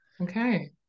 Okay